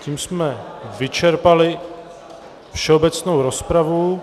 Tím jsme vyčerpali všeobecnou rozpravu.